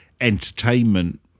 entertainment